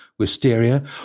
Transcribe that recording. wisteria